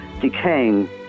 decaying